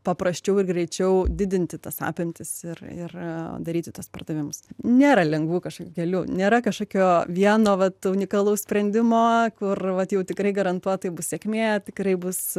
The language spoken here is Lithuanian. paprasčiau ir greičiau didinti tas apimtis ir ir daryti tuos pardavimus nėra lengvų kažkokių kelių nėra kažkokio vieno vat unikalaus sprendimo kur vat jau tikrai garantuotai bus sėkmė tikrai bus